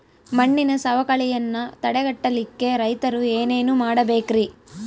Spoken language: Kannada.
ಮಣ್ಣಿನ ಸವಕಳಿಯನ್ನ ತಡೆಗಟ್ಟಲಿಕ್ಕೆ ರೈತರು ಏನೇನು ಮಾಡಬೇಕರಿ?